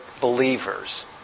believers